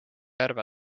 järve